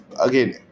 Again